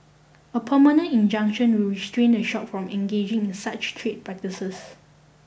a permanent injunction will restrain the shop from engaging in such trade practices